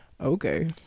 Okay